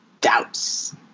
doubts